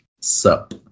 Sup